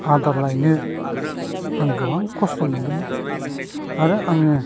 आदार लायनो आं गोबां खस्थ' मोन्दोंमोन आरो आङो